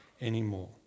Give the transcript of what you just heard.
anymore